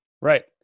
right